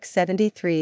73